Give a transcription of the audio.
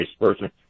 person